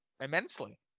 immensely